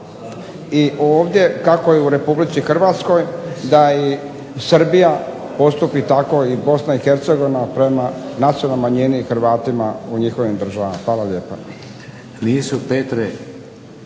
i ovdje kako je u Republici Hrvatskoj, da i Srbija postupi tako i BiH prema nacionalnoj manjini Hrvatima u njihovim državama. Hvala.